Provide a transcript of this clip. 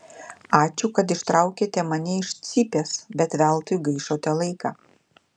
ačiū kad ištraukėte mane iš cypės bet veltui gaišote laiką